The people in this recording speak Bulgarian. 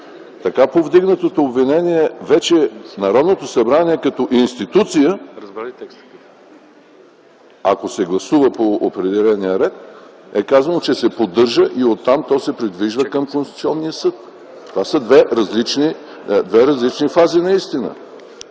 така повдигнатото обвинение вече в Народното събрание като институция, ако се гласува по определения ред, е казано, че се поддържа и оттам то се придвижва към Конституционния съд. Това са две различни фази.